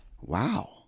Wow